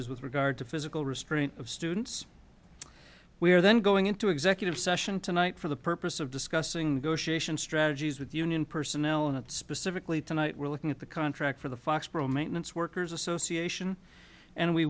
is with regard to physical restraint of students we are then going into executive session tonight for the purpose of discussing strategies with the union personnel and specifically tonight we're looking at the contract for the foxboro maintenance workers association and we